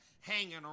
hanging